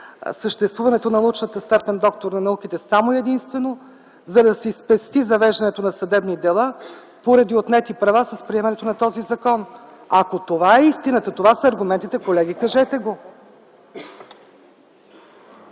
съществуването на научната степен „доктор на науките” само и единствено, за да си спести завеждането на съдебни дела поради отнети права с приемането на този закон. Ако това е истината, това са аргументите, колеги, кажете го.